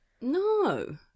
no